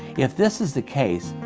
if this is the case,